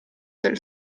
del